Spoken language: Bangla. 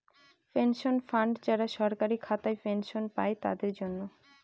পেনশন ফান্ড যারা সরকারি খাতায় পেনশন পাই তাদের জন্য